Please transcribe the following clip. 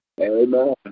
Amen